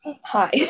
Hi